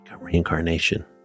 Reincarnation